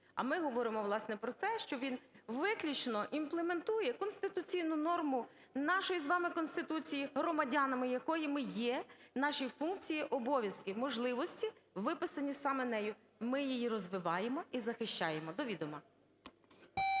А ми говоримо, власне, про те, що він виключно імплементує конституційну норму нашої з вами Конституції, громадянами якої ми є, наші функції, обов'язки, можливості, виписані саме нею, ми її розвиваємо і захищаємо. До відома.